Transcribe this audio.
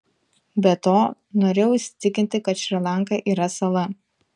be to norėjau įsitikinti kad šri lanka yra sala